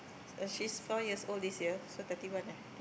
she's four years old this year so thirty one eh